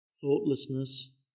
thoughtlessness